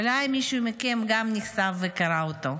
אולי מישהו מכם גם ניסה וקרא אותו.